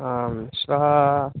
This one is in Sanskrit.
आं श्वः